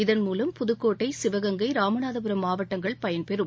இதன்மூலம் புதுக்கோட்டை சிவகங்கை ராமநாதபுரம் மாவட்டங்கள் பயன்பெறும்